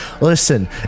Listen